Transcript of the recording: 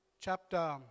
Chapter